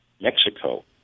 Mexico